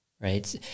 right